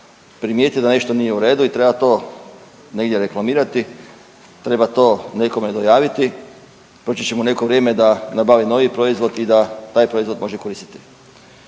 primijeti da nešto nije u redu i treba to negdje reklamirati, treba to nekome dojaviti proći će mu neko vrijeme da nabavi novi proizvod i da taj proizvod može koristiti.